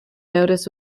notice